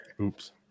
Oops